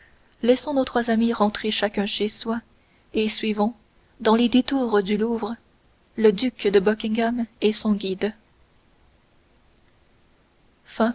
laissons nos trois amis rentrer chacun chez soi et suivons dans les détours du louvre le duc de buckingham et son guide